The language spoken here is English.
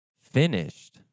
finished